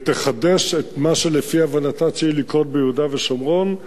ותחדש את מה שלפי הבנתה צריך לקרות ביהודה ושומרון,